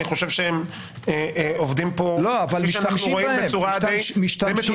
אני חושב שהם עובדים פה כפי שאנחנו רואים בצורה די מתונה.